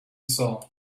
saw